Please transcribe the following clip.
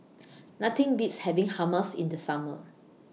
Nothing Beats having Hummus in The Summer